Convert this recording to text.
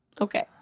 Okay